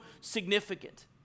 significant